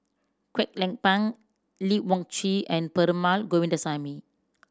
Kwek Leng Beng Lee Wung Yew and Perumal Govindaswamy